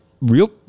real